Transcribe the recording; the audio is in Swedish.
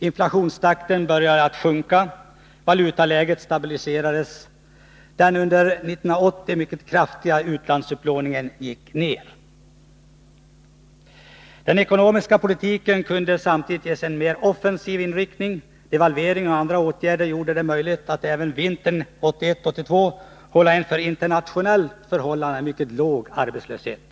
Inflationstakten började att sjunka. Valutaläget stabiliserades. Den under 1980 mycket kraftiga utlandsupplåningen gick ner. Den ekonomiska politiken kunde samtidigt ges en mer offensiv inriktning. Devalveringen och andra åtgärder gjorde det möjligt att även vintern 1981-1982 hålla en för internationella förhållanden mycket låg arbetslöshet.